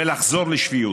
ולחזור לשפיות.